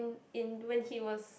in when he was